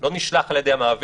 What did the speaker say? לא נשלח על ידי המעביד.